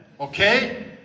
okay